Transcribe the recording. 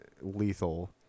lethal